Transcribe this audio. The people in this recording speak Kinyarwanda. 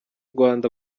rwanda